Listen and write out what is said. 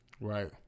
Right